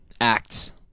acts